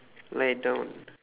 lie down